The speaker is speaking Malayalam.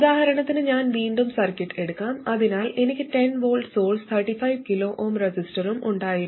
ഉദാഹരണത്തിന് ഞാൻ വീണ്ടും സർക്യൂട്ട് എടുക്കാം അതിനാൽ എനിക്ക് 10 V സോഴ്സ് 35 kΩ റെസിസ്റ്ററും ഉണ്ടായിരുന്നു